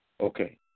Okay